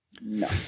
No